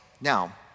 Now